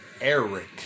Eric